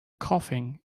coughing